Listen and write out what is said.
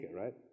right